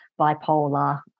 bipolar